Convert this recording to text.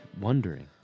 wondering